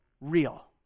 real